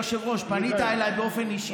היושב-ראש, פנית אליי באופן אישי.